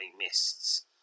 mists